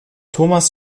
thomas